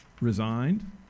resigned